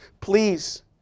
Please